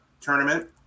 Tournament